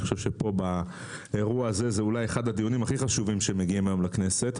פה באירוע הזה זה אולי אחד הדיונים הכי חשובים שמגיעים היום לכנסת.